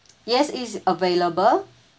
yes it's available